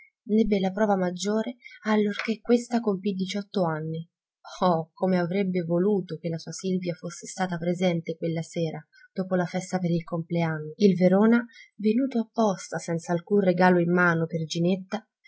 n'ebbe la prova maggiore allorché questa compì diciott'anni oh come avrebbe voluto che la sua silvia fosse stata presente quella sera dopo la festa per il compleanno il verona venuto apposta senza alcun regalo in mano per ginetta